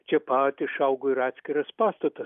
čia pat išaugo ir atskiras pastatas